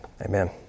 Amen